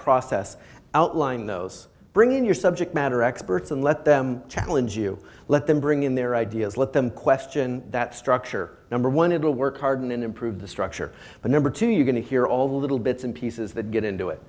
process outline those bringing your subject matter experts and let them challenge you let them bring in their ideas let them question that structure number one it will work hard and improve the structure but number two you're going to hear all the little bits and pieces that get into it